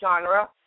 genre